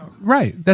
Right